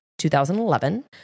2011